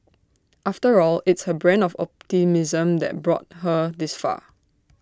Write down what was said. after all it's her brand of optimism that brought her this far